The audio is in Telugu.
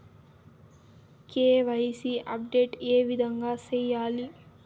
కె.వై.సి అప్డేట్ ఏ విధంగా సేయాలి?